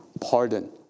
pardon